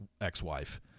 ex-wife